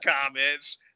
comments